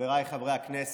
חבריי חברי הכנסת.